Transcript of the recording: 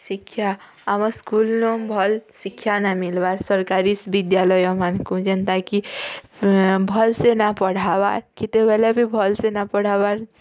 ଶିକ୍ଷା ଆମ ସ୍କୁଲ୍ର ଭଲ୍ ଶିକ୍ଷା ନା ମିଲ୍ବାର୍ ସରକାରୀ ବିଦ୍ୟାଲୟମାନଙ୍କୁ ଯେନ୍ତା କି ଭଲ୍ସେ ନା ପଢ଼ାବାର୍ କେତେବେଳେ ବି ଭଲ୍ସେ ନା ପଢ଼ାବାର୍